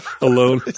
alone